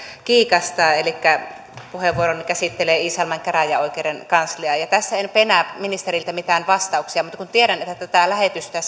kiikastaa elikkä puheenvuoroni käsittelee iisalmen käräjäoikeuden kansliaa tässä en penää ministeriltä mitään vastauksia mutta kun tiedän että tätä lähetystä